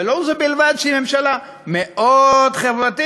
ולא זו בלבד שהיא ממשלה מאוד חברתית,